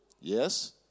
Yes